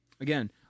again